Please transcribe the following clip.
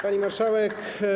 Pani Marszałek!